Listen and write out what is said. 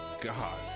God